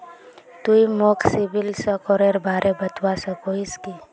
तुई मोक सिबिल स्कोरेर बारे बतवा सकोहिस कि?